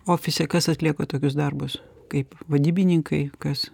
ofise kas atlieka tokius darbus kaip vadybininkai kas